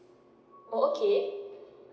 oh okay